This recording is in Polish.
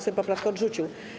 Sejm poprawkę odrzucił.